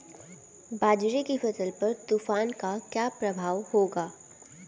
बाजरे की फसल पर तूफान का क्या प्रभाव होगा?